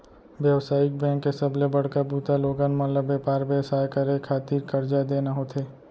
बेवसायिक बेंक के सबले बड़का बूता लोगन मन ल बेपार बेवसाय करे खातिर करजा देना होथे